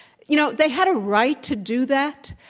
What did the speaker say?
you know, they had a right to do that,